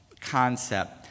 concept